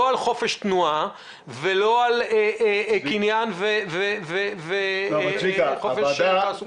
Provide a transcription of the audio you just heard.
לא על חופש התנועה ולא על חופש הקניין וחופש תעסוקה.